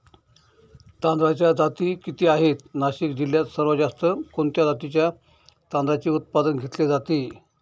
तांदळाच्या जाती किती आहेत, नाशिक जिल्ह्यात सर्वात जास्त कोणत्या जातीच्या तांदळाचे उत्पादन घेतले जाते?